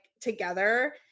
together